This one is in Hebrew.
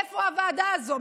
איפה הוועדה הזאת?